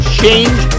change